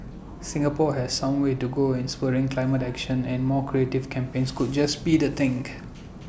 Singapore has some way to go in spurring climate action and more creative campaigns could just be the think